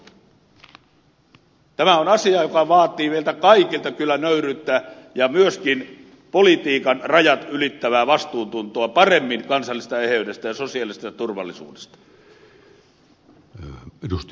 tämä on asia joka vaatii meiltä kaikilta kyllä nöyryyttä ja myöskin politiikan rajat ylittävää vastuuntuntoa paremmasta kansallisesta eheydestä ja sosiaalisesta turvallisuudesta